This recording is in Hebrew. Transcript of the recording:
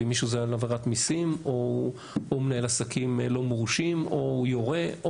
ועם מישהו על עבירת מיסים או מנהל עסקים לא מורשים או יורה.